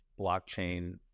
blockchain